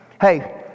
Hey